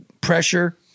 pressure